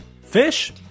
Fish